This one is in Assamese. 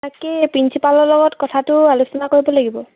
তাকেই প্ৰিঞ্চিপালৰ লগত কথাটো আলোচনা কৰিব লাগিব